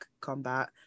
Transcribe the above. combat